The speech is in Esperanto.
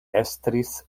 estris